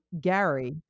Gary